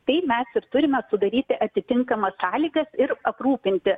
tai mes ir turime sudaryti atitinkamas sąlygas ir aprūpinti